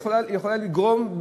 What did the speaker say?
היא יכולה לגרום,